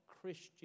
Christian